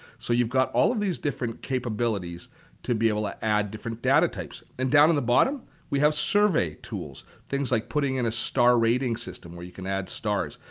so you've got all of these different capabilities to be able to add different data types. and down at the bottom, we have survey tools, things like putting in a star rating system where you can add stars.